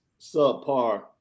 subpar